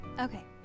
Okay